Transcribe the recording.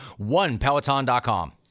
OnePeloton.com